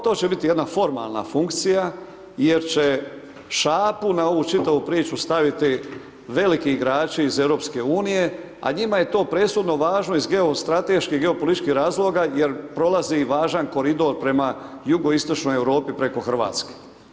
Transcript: To će biti jedna formalna funkcija jer će šapu na ovu čitavu priču staviti veliki igrači iz EU a njima je to presudno važno iz geostrateških i geopolitičkih razloga jer prolazi i važan koridor prema jugoistočnoj Europi preko Hrvatske.